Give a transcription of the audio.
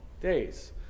days